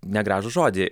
negražų žodį